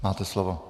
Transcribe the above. Máte slovo.